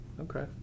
Okay